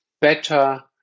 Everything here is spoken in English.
better